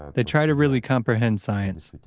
they try to really comprehend science,